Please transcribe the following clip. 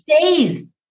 days